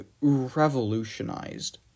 revolutionized